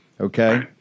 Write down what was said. Okay